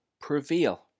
prevail